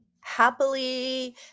happily